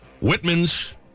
Whitman's